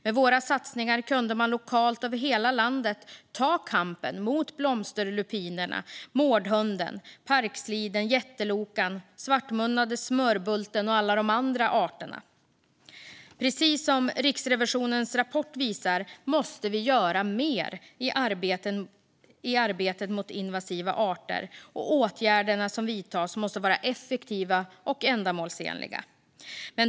Med våra satsningar kunde man lokalt över hela landet ta kampen mot blomsterlupinerna, mårdhunden, parksliden, jättelokan, den svartmunnade smörbulten och alla de andra arterna. Precis som Riksrevisionens rapport visar måste vi göra mer i arbetet mot invasiva arter, och de åtgärder som vidtas måste vara effektiva och ändamålsenliga.